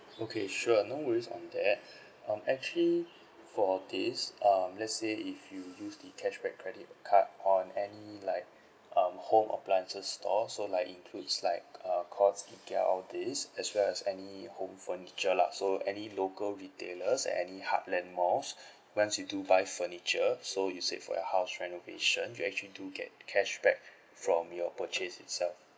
okay sure no worries on that um actually for this um let's say if you use the cashback credit card on any like um home appliances store so like includes like uh courts ikea all these as well as any home furniture lah so any local retailers any heartland malls once you do buy furniture so you said for your house renovation you actually do get cashback from your purchase itself